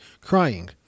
crying